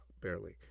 barely